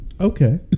Okay